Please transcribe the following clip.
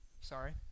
sorry